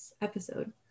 episode